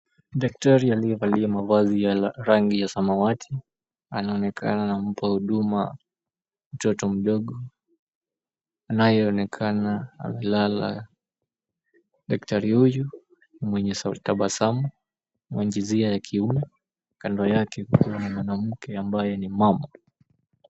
Daktari aliyevalia mavazi ya rangi ya samawati anaonekana anampa huduma mtoto mdogo anayeonekana amelala. Daktari huyu ni mwenye sura tabasamu wa jinsia ya kiume, kando yake kukiwa na mwanamke ambaye ni mama.